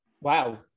wow